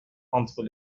entre